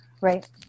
right